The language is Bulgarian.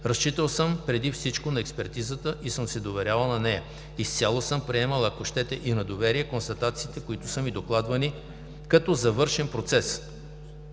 „Разчитал съм преди всичко на експертизата и съм се доверявал на нея. Изцяло съм приемал, ако щете – и на доверие констатациите, които са ми докладвали, като завършен процес".